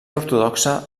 ortodoxa